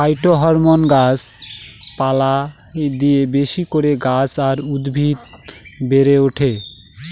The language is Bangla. ফাইটোহরমোন গাছ পালায় দিলে বেশি করে গাছ আর উদ্ভিদ বেড়ে ওঠে